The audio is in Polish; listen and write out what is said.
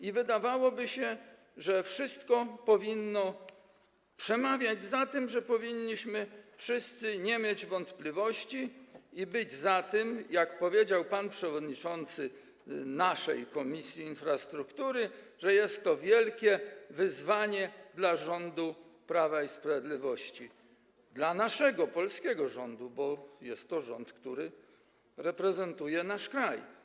I wydawałoby się, że wszystko powinno przemawiać za tym, że wszyscy nie powinniśmy mieć wątpliwości i być za tym, jak powiedział pan przewodniczący naszej Komisji Infrastruktury, że jest to wielkie wyzwanie dla rządu Prawa i Sprawiedliwości, dla naszego polskiego rządu, bo jest to rząd, który reprezentuje nasz kraj.